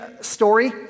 story